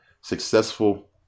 successful